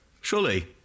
Surely